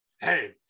hey